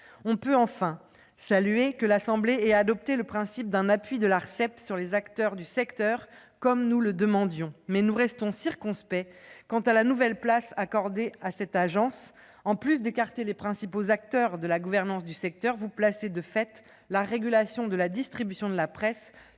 on peut se féliciter que l'Assemblée nationale ait adopté le principe en vertu duquel l'Arcep s'appuiera sur les acteurs du secteur, comme nous le demandions. Mais nous restons circonspects quant à la nouvelle place accordée à cette agence. Non seulement vous écartez les principaux acteurs de la gouvernance du secteur, mais vous placez de fait la régulation de la distribution de la presse